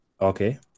Okay